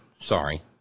sorry